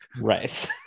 Right